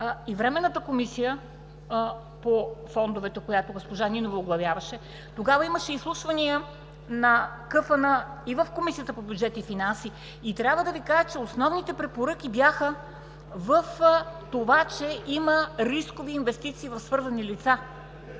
и Временната комисия по фондовете, която госпожа Нинова оглавяваше. Тогава имаше изслушвания на КФН и в Комисията по бюджет и финанси, и трябва да Ви кажа, че основните препоръки бяха в това, че има рискови инвестиции в свързани лица